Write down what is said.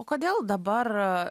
o kodėl dabar